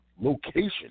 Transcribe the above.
location